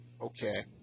Okay